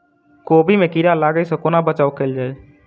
कोबी मे कीड़ा लागै सअ कोना बचाऊ कैल जाएँ?